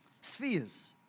Spheres